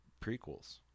prequels